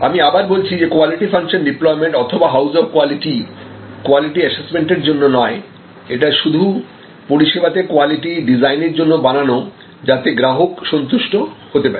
আমি আবার বলছি যে কোয়ালিটি ফাংশন ডিপ্লয়মেন্ট অথবা house of quality quality assessment এর জন্য নয় এটা শুধু পরিষেবাতে কোয়ালিটি ডিজাইনের জন্য বানানো যাতে গ্রাহক সন্তুষ্ট হতে পারে